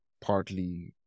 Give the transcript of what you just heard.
partly